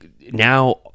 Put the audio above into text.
now